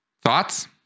Thoughts